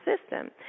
system